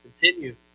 continue